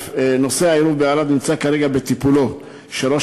נושא העירוב בערד נמצא כרגע בטיפולו של ראש